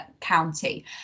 county